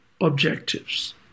objectives